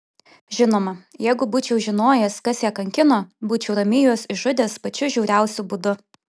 žinoma jeigu būčiau žinojęs kas ją kankino būčiau ramiai juos išžudęs pačiu žiauriausiu būdu